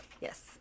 Yes